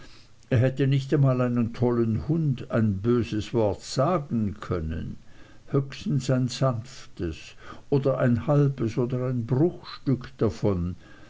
er hätte nicht einmal einem tollen hund ein böses wort sagen können höchstens ein sanftes oder ein halbes oder ein bruchstück davon